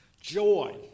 Joy